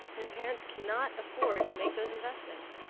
and parents cannot afford to make those investments.